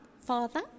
Father